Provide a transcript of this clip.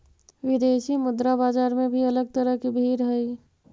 विदेशी मुद्रा बाजार में भी अलग तरह की भीड़ हई